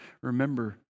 Remember